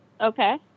Okay